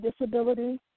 disability